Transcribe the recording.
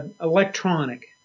electronic